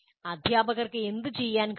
അധ്യാപകർക്ക് എന്തുചെയ്യാൻ കഴിയും